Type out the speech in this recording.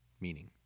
Meaning